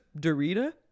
Dorita